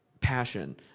passion